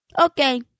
okay